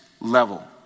level